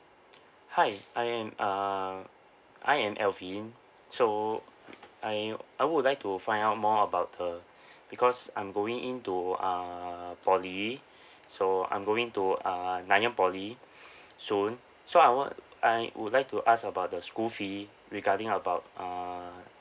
hi I am uh I am alvin so I I would like to find out more about uh because I'm going in to uh poly so I'm going to uh nan yang poly soon so I would I would like to ask about the school fee regarding about uh